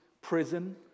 prison